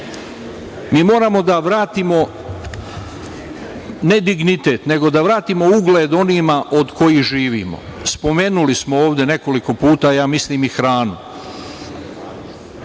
moramo da vratimo ne dignitet nego da vratimo ugled onima od kojih živimo. Spomenuli smo ovde nekoliko puta i hranu.